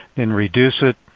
then reduce it.